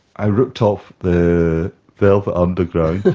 i ripped off the velvet underground,